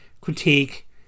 critique